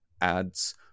ads